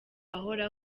ahora